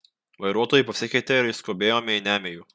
vairuotojai pasikeitė ir išskubėjome į niamėjų